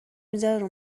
میذاره